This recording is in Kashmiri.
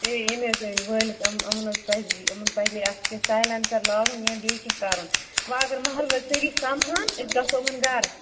ہے أمۍ ہَسا أنۍ وٲلِتھ یِم یِمَن حظ پَزِ یہِ یِمَن پَزِ یہِ اَتھ کیٛاہ سایلَنسَر لاگُن یا بیٚیہِ کیٚنٛہہ کرُن وۄنۍ اگر محلہٕ وٲلۍ سٲری سۄمہٲن أسۍ گژھو یِمَن گرٕ